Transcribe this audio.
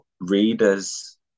readers